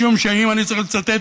משום שאם אני צריך לצטט